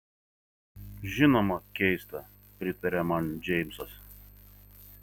žinoma keista pritarė man džeimsas